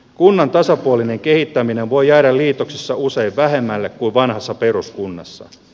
kunnan tasapuolinen kehittäminen voi jäädä liitoksissa usein vähemmälle kuin vanhassa peruskunnassa